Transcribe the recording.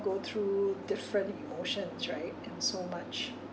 go through different emotions right and so much